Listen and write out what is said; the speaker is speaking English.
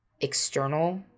external